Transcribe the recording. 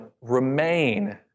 remain